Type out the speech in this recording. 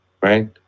right